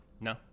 No